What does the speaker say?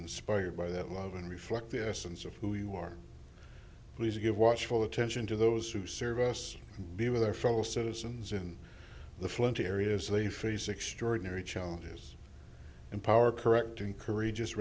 inspired by that love and reflect the essence of who you are please give watchful attention to those who serve us be with our fellow citizens in the flint areas they face extraordinary challenges and power correct and courageous